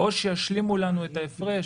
או שישלימו לנו את ההפרש